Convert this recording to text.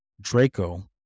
Draco